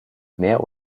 mehr